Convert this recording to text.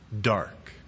Dark